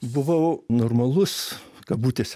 buvau normalus kabutėse